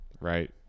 right